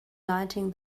lighting